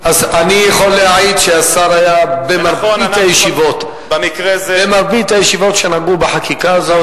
אני יכול להעיד שהשר היה במרבית הישיבות שנגעו בחקיקה הזאת.